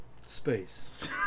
Space